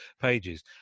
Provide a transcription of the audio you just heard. pages